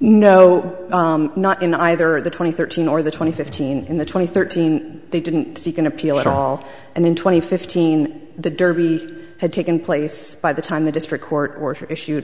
no not in either the twenty thirteen or the twenty fifteen in the twenty thirteen they didn't seek an appeal at all and then twenty fifteen the derby had taken place by the time the district court issue